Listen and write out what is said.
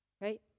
right